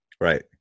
Right